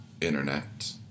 Internet